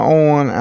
on